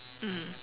mm